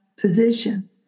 position